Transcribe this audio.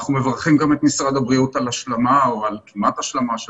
אנחנו מברכים גם את משרד הבריאות על השלמה או על כמעט השלמה של